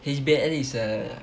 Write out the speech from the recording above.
H_B_L is err